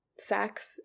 sex